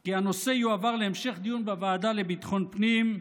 כי הנושא יועבר להמשך דיון בוועדה לביטחון פנים,